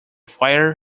fire